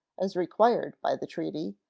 as required by the treaty,